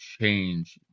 change